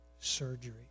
surgery